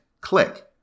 click